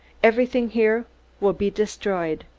everything here will be destroyed.